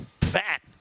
Fat